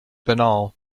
banal